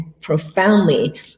profoundly